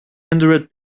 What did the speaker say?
hundred